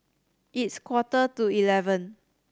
its quarter to eleven